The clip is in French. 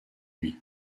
lui